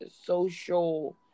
social